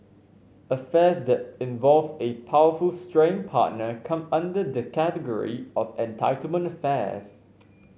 affairs that involve a powerful straying partner come under the category of entitlement affairs